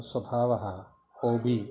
स्वभावः होबी